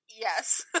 yes